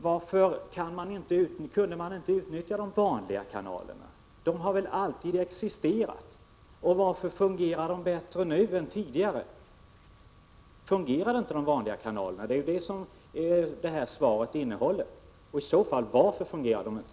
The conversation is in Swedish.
Varför kunde man inte utnyttja de vanliga kanalerna — för de har väl alltid existerat? Och varför fungerar kanalerna bättre nu än de gjorde tidigare? Fungerade alltså inte de vanliga kanalerna — det är ju det som det här svaret handlar om? Om de kanalerna inte fungerade vill jag fråga: Varför fungerade de inte?